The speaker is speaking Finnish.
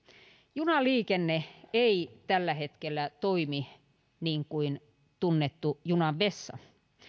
junaliikenne ei tällä hetkellä toimi niin kuin tunnettu junan vessa